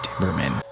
timberman